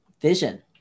vision